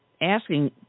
asking